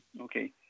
Okay